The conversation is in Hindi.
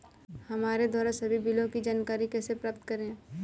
हमारे द्वारा सभी बिलों की जानकारी कैसे प्राप्त करें?